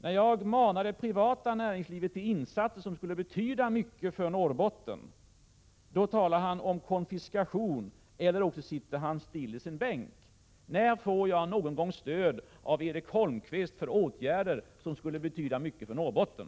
När jag uppmanar det privata näringslivet att göra insatser som skulle betyda mycket för Norrbotten, då talar han om konfiskation eller också sitter han stilla i sin bänk. När får jag någon gång stöd av Erik Holmkvist för åtgärder som skulle betyda mycket för Norrbotten?